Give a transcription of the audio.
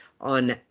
on